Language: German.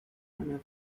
einer